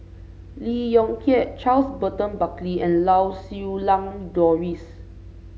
Lee Yong Kiat Charles Burton Buckley and Lau Siew Lang Doris